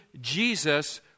Jesus